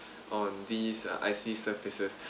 on these uh icy surfaces